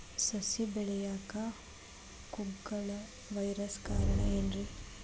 ಸಸಿ ಬೆಳೆಯಾಕ ಕುಗ್ಗಳ ವೈರಸ್ ಕಾರಣ ಏನ್ರಿ?